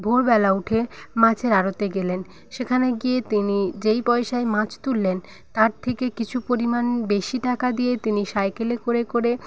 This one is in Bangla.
ভোরবেলা উঠে মাছের আড়তে গেলেন সেখানে গিয়ে তিনি যেই পয়সায় মাছ তুললেন তার থেকে কিছু পরিমাণ বেশি টাকা দিয়ে তিনি সাইকেলে করে করে